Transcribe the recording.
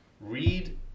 read